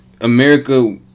America